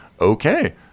okay